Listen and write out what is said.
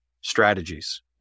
strategies